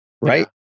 Right